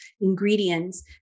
ingredients